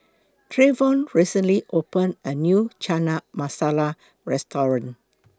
Trayvon recently opened A New Chana Masala Restaurant